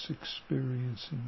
experiencing